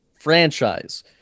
franchise